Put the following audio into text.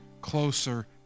closer